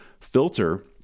filter